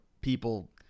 people